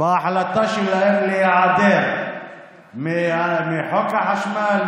בהחלטה שלהם להיעדר מחוק החשמל,